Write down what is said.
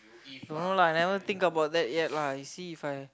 no lah I never think about that lah you see If I